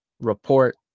report